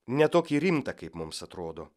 ne tokį rimtą kaip mums atrodo